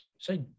Say